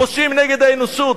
פושעים נגד האנושות,